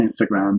Instagram